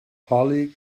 holly